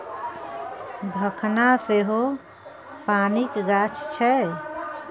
भखना सेहो पानिक गाछ छै